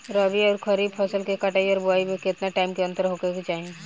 रबी आउर खरीफ फसल के कटाई और बोआई मे केतना टाइम के अंतर होखे के चाही?